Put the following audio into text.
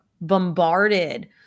bombarded